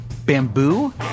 Bamboo